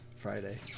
Friday